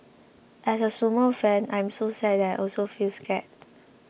as a sumo fan I am so sad and also feel scared